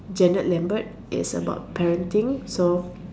Janet Lambert is about parenting so